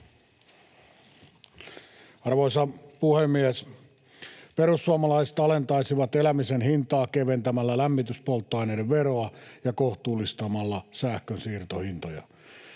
Arvoisa puhemies! Perussuomalaiset alentaisivat elämisen hintaa keventämällä lämmityspolttoaineiden veroa ja kohtuullistamalla sähkönsiirtohintoja.